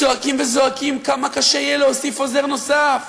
צועקים וזועקים כמה קשה יהיה להוסיף עוזר נוסף.